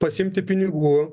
pasiimti pinigų